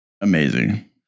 Amazing